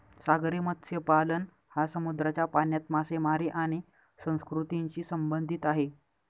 सागरी मत्स्यपालन हा समुद्राच्या पाण्यात मासेमारी आणि संस्कृतीशी संबंधित आहे